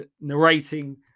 narrating